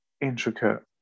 intricate